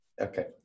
Okay